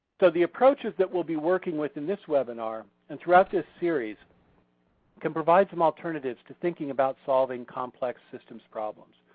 so the approaches that we'll be working with in this webinar and throughout this series can provide some alternatives to thinking about solving complex systems problems.